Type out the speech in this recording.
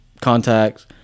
contacts